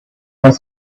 was